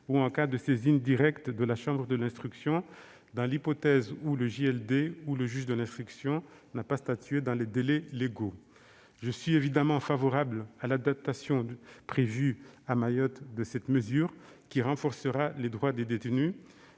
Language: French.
ou en cas de saisine directe de la chambre de l'instruction, dans l'hypothèse où le JLD ou le juge d'instruction n'a pas statué dans les délais légaux. Je suis évidemment favorable à l'adaptation prévue à Mayotte de cette mesure, qui renforcera les droits des détenus,